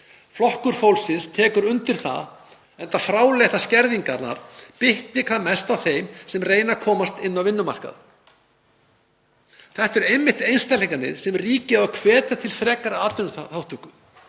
Flokkur fólksins tekur undir það, enda fráleitt að skerðingarnar bitni hvað mest á þeim sem reyna að komast inn á vinnumarkað. Þetta eru einmitt einstaklingarnir sem ríkið á að hvetja til frekari atvinnuþátttöku.